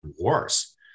worse